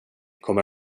kommer